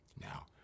Now